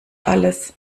alles